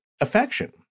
affection